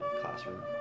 Classroom